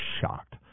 shocked